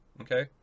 okay